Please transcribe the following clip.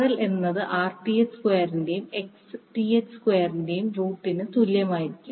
RL എന്നത് Rth സ്ക്വയറിന്റെയും Xth സ്ക്വയറിന്റെയും റൂട്ടിന് തുല്യമായിരിക്കും